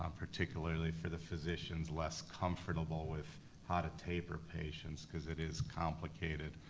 um particularly for the physicians less comfortable with how to taper patients, cause it is complicated.